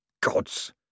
gods